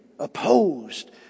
opposed